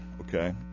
Okay